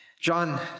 John